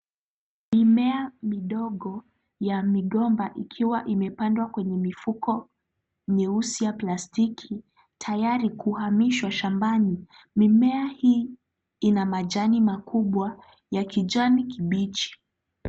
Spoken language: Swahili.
Mimea midogo ya migomba ikiwa imepandwa kwenye mifuko nyeusi ya plastiki tayari kuhamishwa shambani. Mimea hii ina majani makubwa ya kijani kibichi.